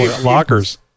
lockers